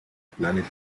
planet